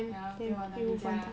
yeah paint one time 回家